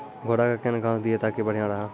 घोड़ा का केन घास दिए ताकि बढ़िया रहा?